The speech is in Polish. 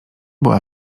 była